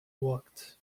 walked